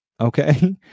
okay